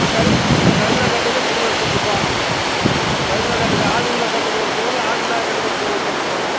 ரயில் railway கேட்டுக்கு signal போட்டிருப்பான் railway கேட்டுக்கு ஆள் உள்ள கேட்டுக்கு ஒரு சிக்னல் ஆள் இல்லாத கேட்டுக்கு ஒரு சிக்னல் போட்டிருப்பான்